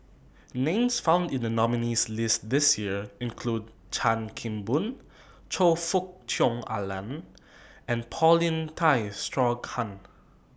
Names found in The nominees' list This Year include Chan Kim Boon Choe Fook Cheong Alan and Paulin Tay Straughan